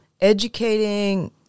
educating